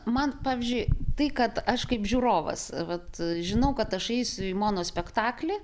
man pavyzdžiui tai kad aš kaip žiūrovas vat žinau kad aš eisiu į mono spektaklį